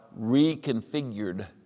reconfigured